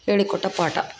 ಹೇಳಿ ಕೊಟ್ಟ ಪಾಠ